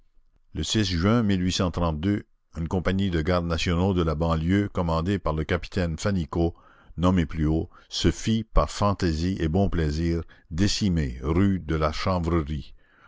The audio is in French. le juin une compagnie de gardes nationaux de la banlieue commandée par le capitaine fannicot nommé plus haut se fit par fantaisie et bon plaisir décimer rue de la chanvrerie